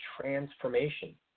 transformation